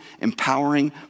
empowering